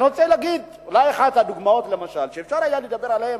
אני רוצה להגיד שאולי אחת הדוגמאות שאפשר היה לדבר עליהן,